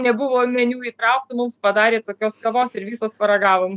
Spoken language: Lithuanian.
nebuvo meniu įtraukta mums padarė tokios kavos ir visos paragavom